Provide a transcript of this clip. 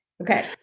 Okay